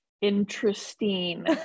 Interesting